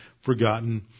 forgotten